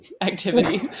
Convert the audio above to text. activity